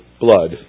blood